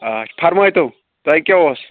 آچھ فرمٲے تو تۄہہِ کیاہ اوس